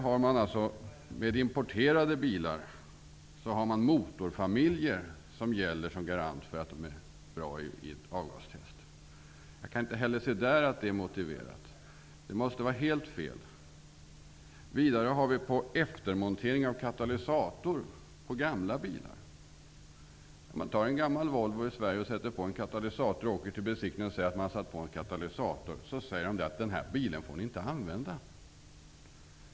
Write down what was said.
För importerade bilar gäller motorfamiljer som garant för att de är bra i avgastest. Jag kan inte se att det heller är motiverat. Det måste vara helt fel. Vidare gäller detta eftermontering av katalysator på gamla bilar. Om man har en gammal Volvo i Sverige, sätter en katalysator på den och åker till besiktningen säger de att man inte får använda bilen. Det är alltså inte godkänt.